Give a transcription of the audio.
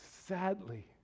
Sadly